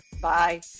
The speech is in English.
Bye